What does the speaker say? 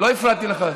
לא הפרעתי לך.